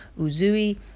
Uzui